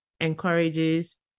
encourages